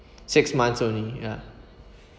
six months only ya